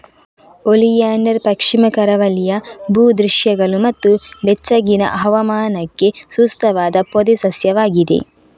oleander ಪಶ್ಚಿಮ ಕರಾವಳಿಯ ಭೂ ದೃಶ್ಯಗಳು ಮತ್ತು ಬೆಚ್ಚಗಿನ ಹವಾಮಾನಕ್ಕೆ ಸೂಕ್ತವಾದ ಪೊದೆ ಸಸ್ಯವಾಗಿದೆ